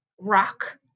rock